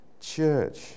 church